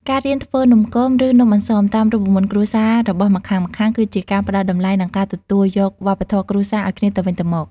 ការរៀនធ្វើ "នំគម" ឬ "នំអន្សម" តាមរូបមន្តគ្រួសាររបស់ម្ខាងៗ គឺជាការផ្ដល់តម្លៃ និងការទទួលយកវប្បធម៌គ្រួសារឱ្យគ្នាទៅវិញទៅមក។